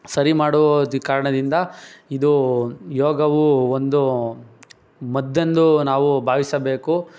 ಸರಿ ಮಾಡುವ ಕಾರಣದಿಂದ ಇದು ಯೋಗವು ಒಂದು ಮದ್ದೆಂದು ನಾವು ಭಾವಿಸಬೇಕು